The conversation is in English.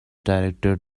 directed